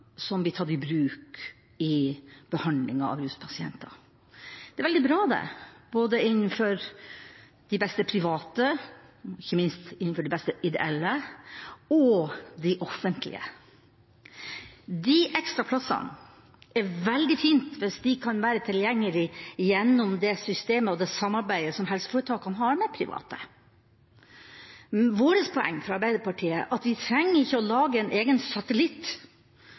som blir tatt i bruk i behandlingen av ruspasienter. Det er veldig bra det, både innenfor de beste private og ikke minst innenfor de beste ideelle – og de offentlige. Det er veldig fint hvis de ekstra plassene kan være tilgjengelige gjennom det systemet og det samarbeidet som helseforetakene har med private. Vårt poeng fra Arbeiderpartiets side er at vi trenger ikke å lage en egen satellitt